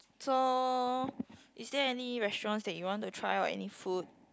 so is there any restaurants that you want to try or any food